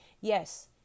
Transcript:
Yes